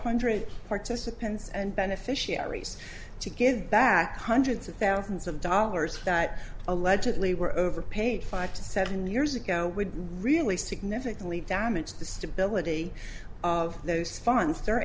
hundred participants and beneficiaries to give back hundreds of thousands of dollars that allegedly were overpaid five to seven years ago would really significantly damage the stability of those fun